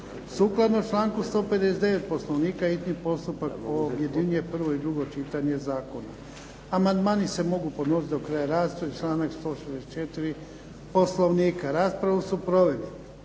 Sukladno članku 159. Poslovnika, hitni postupak objedinjuje prvo i drugo čitanje zakona. Amandmani se mogu podnositi do kraja rasprave, članak 164. Poslovnika. Raspravu su proveli